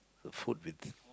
the food with